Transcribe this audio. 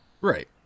Right